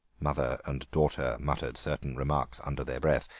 mother and daughter muttered certain remarks under their breath,